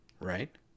right